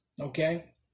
okay